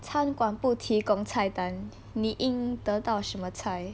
餐馆不提供菜单你应得到什么菜